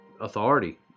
authority